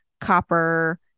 copper